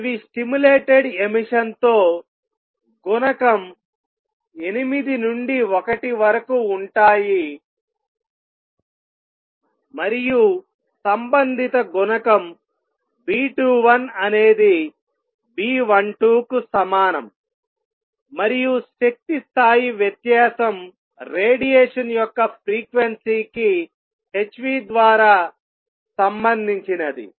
అవి stimulated emission తో గుణకం 8 నుండి 1 వరకు ఉంటాయి మరియు సంబంధిత గుణకం B21 అనేది B12 కు సమానం మరియు శక్తి స్థాయి వ్యత్యాసం రేడియేషన్ యొక్క ఫ్రీక్వెన్సీకి hద్వారా సంబంధించినది